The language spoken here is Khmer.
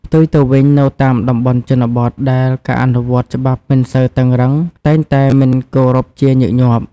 ផ្ទុយទៅវិញ នៅតាមតំបន់ជនបទ ដែលការអនុវត្តច្បាប់មិនសូវតឹងរ៉ឹងតែងតែមិនគោរពជាញឹកញាប់។